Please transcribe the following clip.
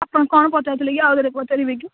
ଆପଣ କ'ଣ ପଚାରୁଥିଲେ କି ଆଉଥରେ ପଚାରିବେ କି